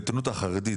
בעיתונות החרדית.